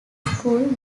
school